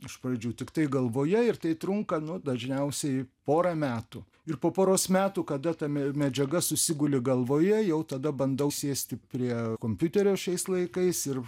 iš pradžių tiktai galvoje ir tai trunka nu dažniausiai porą metų ir po poros metų kada ta me medžiaga susiguli galvoje jau tada bandau sėsti prie kompiuterio šiais laikais ir